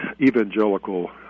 evangelical